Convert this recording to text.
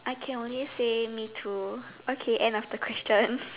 I can only say me too okay end of the question